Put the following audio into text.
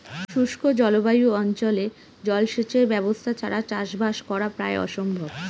শুষ্ক জলবায়ু অঞ্চলে জলসেচের ব্যবস্থা ছাড়া চাষবাস করা প্রায় অসম্ভব